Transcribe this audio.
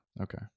Okay